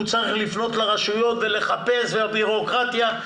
צריך לפנות לרשויות ולחפש ובירוקרטיה.